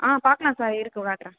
ஆ பார்க்கலாம் சார் இருக்கு காட்டுறேன்